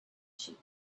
sheep